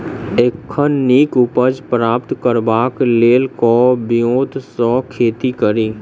एखन नीक उपज प्राप्त करबाक लेल केँ ब्योंत सऽ खेती कड़ी?